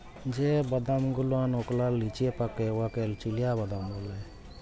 যে বাদাম গুলা ওকলার লিচে পাকে উয়াকে চিলাবাদাম ব্যলে